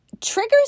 triggers